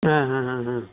ಹಾಂ ಹಾಂ ಹಾಂ ಹಾಂ